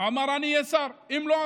הוא אמר: אני אהיה שר, אם לא,